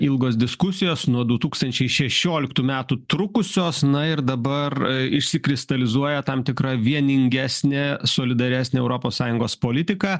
ilgos diskusijos nuo du tūkstančiai šešioliktų metų trukusios na ir dabar išsikristalizuoja tam tikra vieningesnė solidaresnė europos sąjungos politika